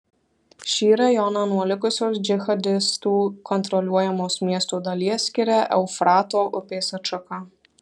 šį rajoną nuo likusios džihadistų kontroliuojamos miesto dalies skiria eufrato upės atšaka